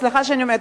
סליחה שאני אומרת,